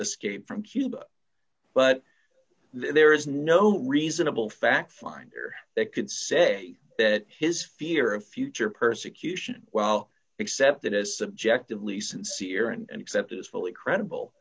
escape from cuba but there is no reasonable fact finder that can say that his fear of future persecution well accepted as subjectively sincere and accept is fully credible